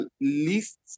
least